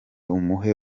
umuhe